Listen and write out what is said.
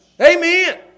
Amen